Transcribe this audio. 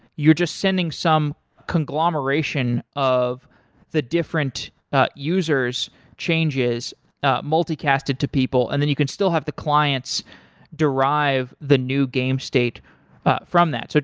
you're just sending some conglomeration of the different ah user s changes ah multi-casted to people and then you can still have the clients derive the new game state from that. so